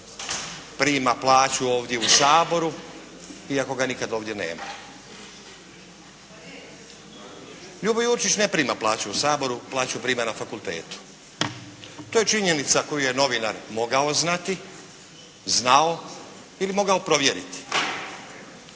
prima plaću ovdje u Saboru iako ga ovdje nikada nema. Ljubo Jurčić ne prima plaću u Saboru, plaću prima na fakultetu. To je činjenica koju je novinar mogao znati, znao ili mogao provjeriti.